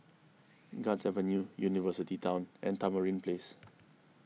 Guards Avenue University Town and Tamarind Place